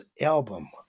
album